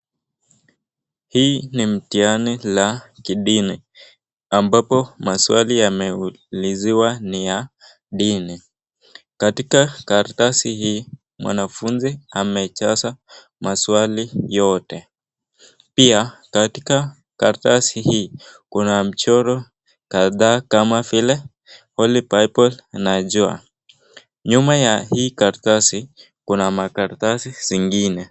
Hii ni mtihani la kidini ambapo maswali yameuliziwa ni ya dini, Katika karatasi hii mwanafunzi amejaza maswali yote. Pia katika karatasi hii kuna mchoro kadhaa kama vile holy bible na jua. nyuma ya hii karatasi kuna makaratasi zingine.